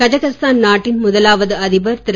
Kazakhstan நாட்டின் முதலாவது அதிபர் திரு